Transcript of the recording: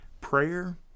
prayer